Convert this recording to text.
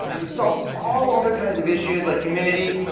but solved all other kinds of issues like humidity.